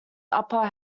upper